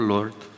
Lord